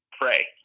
pray